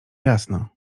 jasno